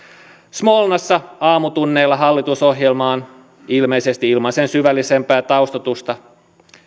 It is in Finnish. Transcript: smolnassa aamutunneilla hallitusohjelmaan ilmeisesti ilman sen syvällisempää taustoitusta